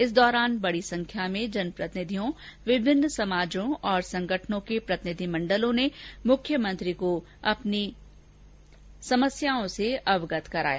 इस दौरान बड़ी संख्या में जनप्रतिनिधियों विभिन्न समाजों और संगठनों के प्रतिनिधिमंडलों ने मुख्यमंत्री को अपनी समस्याओं से अवगत कराया